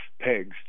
pegs